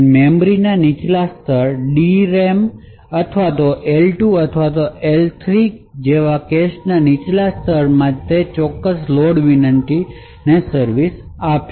મેમરીનાં નીચલા સ્તર DRAM અથવા L2 અથવા L3 કેશ જેવા કેશના નીચલા સ્તર તે ચોક્કસ લોડ વિનંતીને સર્વિસ આપશે